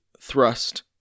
thrust